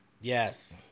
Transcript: Yes